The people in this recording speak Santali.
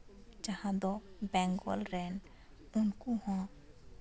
ᱡᱟᱦᱟᱸ ᱫᱚ ᱵᱮᱝᱜᱚᱞ ᱨᱮᱱ ᱩᱱᱠᱩ ᱦᱚᱸ